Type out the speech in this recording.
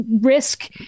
risk